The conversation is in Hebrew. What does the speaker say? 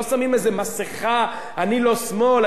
לא שמים איזו מסכה: אני לא שמאל,